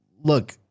look